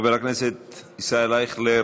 חבר הכנסת ישראל אייכלר,